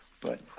but